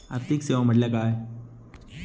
आर्थिक सेवा म्हटल्या काय?